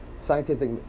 Scientific